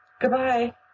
goodbye